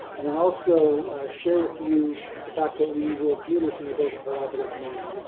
and then also share with you the fact that we will do this in a very collaborative manner.